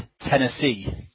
Tennessee